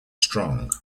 strong